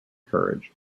courage